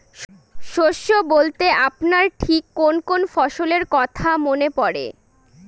শস্য বলতে আপনার ঠিক কোন কোন ফসলের কথা মনে পড়ে?